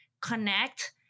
connect